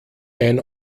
ein